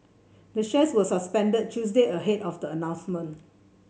the shares were suspended Tuesday ahead of the announcement